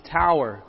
tower